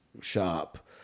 shop